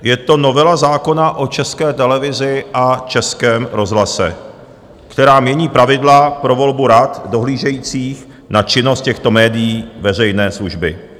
Je to novela zákona o České televizi a Českém rozhlase, která mění pravidla pro volbu rad dohlížejících na činnost těchto médií veřejné služby.